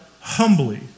humbly